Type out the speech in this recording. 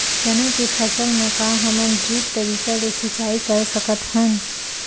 चना के फसल म का हमन ड्रिप तरीका ले सिचाई कर सकत हन?